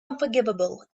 unforgivable